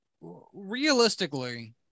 realistically